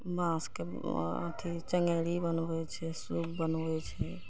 बाँसके अथी चङ्गेरी बनबय छै सूप बनबय छै